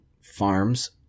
farms